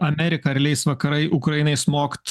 amerika ar leis vakarai ukrainai smogt